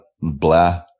blah